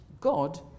God